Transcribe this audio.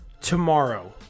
tomorrow